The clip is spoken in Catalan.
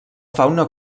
fauna